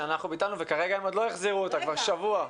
שאנחנו ביטלנו וכרגע הם עוד לא החזירו אותה כבר שבוע.